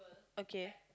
okay